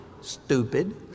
Stupid